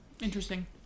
Interesting